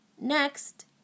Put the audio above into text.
Next